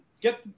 get